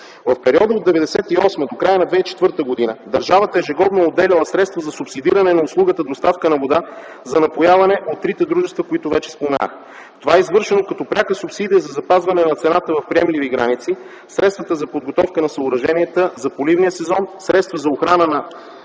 В периода от 1998 до края на 2004 г. държавата ежегодно е отделяла средства за субсидиране на услугата доставка на вода за напояване от трите дружества, за които вече споменах. Това е извършвано като пряка субсидия за запазване на цената в приемливи граници, средствата за подготовка на съоръженията за поливния сезон, средства за охрана на